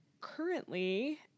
currently